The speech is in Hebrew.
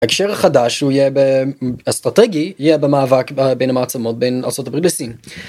ההקשר החדש הוא יהיה אסטרטגי. יהיה במאבק בין המעצמות בין ארה״ב לסין.